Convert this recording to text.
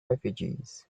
refugees